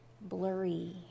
blurry